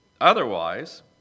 Otherwise